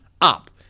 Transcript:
up